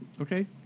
Okay